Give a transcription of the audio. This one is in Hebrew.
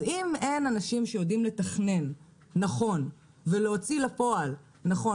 אז אם אין אנשים שיודעים לתכנן נכון ולהוציא לפעול נכון.